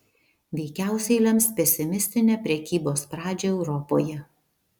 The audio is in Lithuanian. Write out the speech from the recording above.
veikiausiai lems pesimistinę prekybos pradžią europoje